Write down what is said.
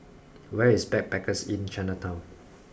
where is Backpackers Inn Chinatown